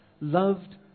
loved